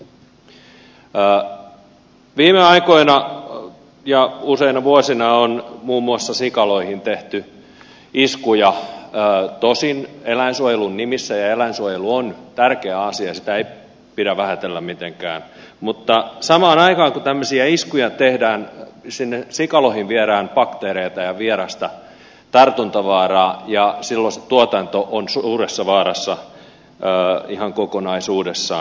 viime aikoina ja useina vuosina on muun muassa sikaloihin tehty iskuja tosin eläinsuojelun nimissä ja eläinsuojelu on tärkeä asia sitä ei pidä vähätellä mitenkään mutta samaan aikaan kun tämmöisiä iskuja tehdään sinne sikaloihin viedään bakteereita ja vierasta tartuntavaaraa ja silloin se tuotanto on suuressa vaarassa ihan kokonaisuudessaan